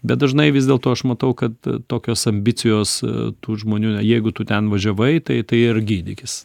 bet dažnai vis dėlto aš matau kad tokios ambicijos tų žmonių jeigu tu ten važiavai tai tai ir gydykis